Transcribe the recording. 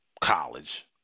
college